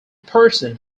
person